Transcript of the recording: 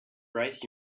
price